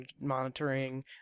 monitoring